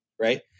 Right